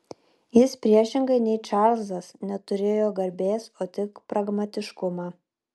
jis priešingai nei čarlzas neturėjo garbės o tik pragmatiškumą